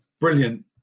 brilliant